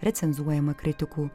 recenzuojama kritikų